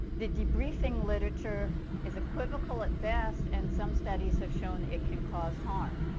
the debriefing literature is equivocal at best and some studies have shown it can cause harm.